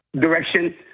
direction